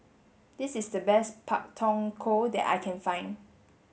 this is the best Pak Thong Ko that I can find